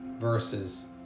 verses